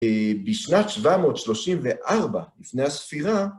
בשנת 734, לפני הספירה,